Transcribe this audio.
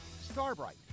Starbright